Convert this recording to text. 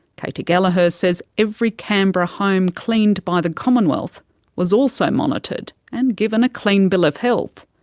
katy gallagher says every canberra home cleaned by the commonwealth was also monitored and given a clean bill of health,